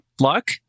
luck